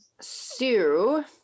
Sue